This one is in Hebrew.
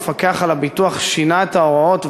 המפקח על הביטוח שינה את ההוראות,